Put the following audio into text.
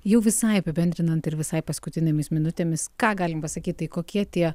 jau visai apibendrinant ir visai paskutinėmis minutėmis ką galim pasakyt tai kokie tie